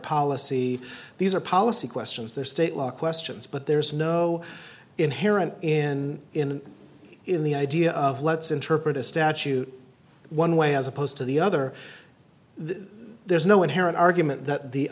policy these are policy questions they're state law questions but there is no inherent in in in the idea of let's interpret a statute one way as opposed to the other there's no inherent argument that the